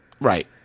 Right